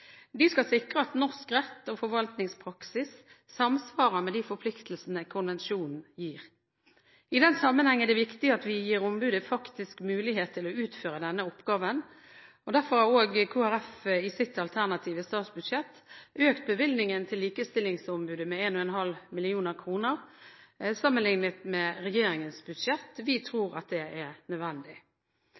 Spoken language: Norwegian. De skal sikre at norsk rett og forvaltningspraksis samsvarer med de forpliktelsene konvensjonen gir. I den sammenheng er det viktig at vi gir ombudet en faktisk mulighet til å utføre denne oppgaven, og derfor har Kristelig Folkeparti i sitt alternative statsbudsjett økt bevilgningen til Likestillingsombudet med 1,5 mill. kr sammenlignet med regjeringens budsjett. Vi tror at det er nødvendig.